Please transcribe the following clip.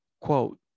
quote